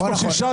נכון.